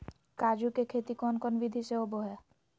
काजू के खेती कौन कौन विधि से होबो हय?